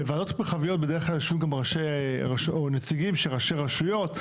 בוועדות מרחביות בדרך כלל יושבים גם נציגים של ראשי רשויות.